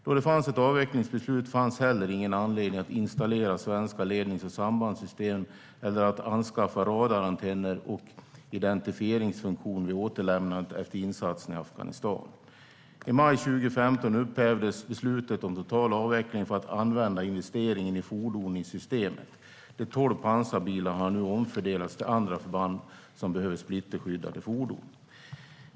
Då det fanns ett avvecklingsbeslut fanns heller ingen anledning att installera svenska lednings och sambandssystem eller att anskaffa radarantenner och identifieringsfunktion vid återlämnandet efter insatsen i Afghanistan. I maj 2015 upphävdes beslutet om total avveckling för att använda investeringen i fordonen i systemet - de tolv pansarbilarna har nu omfördelats till andra förband som behöver splitterskyddade fordon.